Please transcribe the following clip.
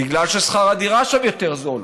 בגלל ששכר הדירה שם יותר זול,